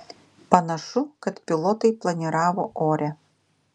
panašu kad pilotai planiravo ore